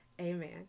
Amen